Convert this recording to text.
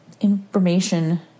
information